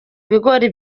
ibigori